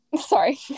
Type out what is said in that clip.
Sorry